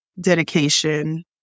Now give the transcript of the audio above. dedication